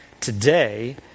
today